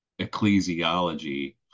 ecclesiology